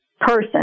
person